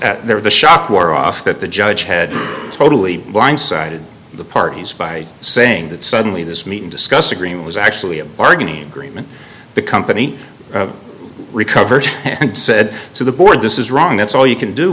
once there the shock wore off that the judge had totally blindsided the parties by saying that suddenly this meeting discuss agreement was actually a bargaining agreement the company recovered and said so the board this is wrong that's all you can do